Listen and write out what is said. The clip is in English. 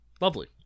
Lovely